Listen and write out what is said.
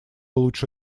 лучше